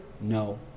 No